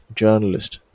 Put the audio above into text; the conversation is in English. journalist